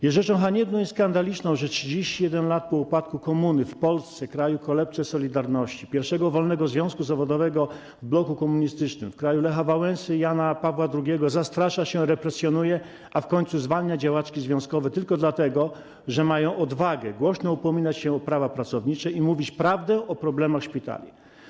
Jest rzeczą haniebną i skandaliczną, że 31 lat po upadku komuny w Polsce, kraju kolebce „Solidarności”, pierwszego wolnego związku zawodowego w bloku komunistycznym, w kraju Lecha Wałęsy i Jana Pawła II, zastrasza się, represjonuje, a w końcu zwalnia działaczki związkowe tylko dlatego, że mają odwagę głośno upominać się o prawa pracownicze i mówić prawdę o problemach szpitali.